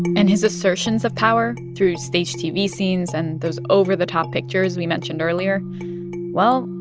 and his assertions of power through staged tv scenes and those over-the-top pictures we mentioned earlier well,